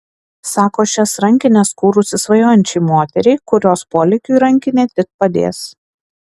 sako šias rankines kūrusi svajojančiai moteriai kurios polėkiui rankinė tik padės